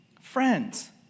Friends